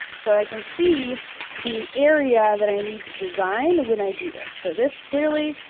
so i can see the area that i need to design when i do this. so this clearly,